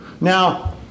now